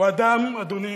הוא אדם, אדוני,